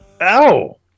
Ow